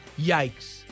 yikes